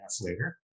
later